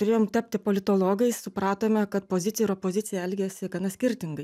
turėjom tapti politologais supratome kad pozicija ir opozicija elgiasi gana skirtingai